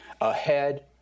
ahead